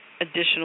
additional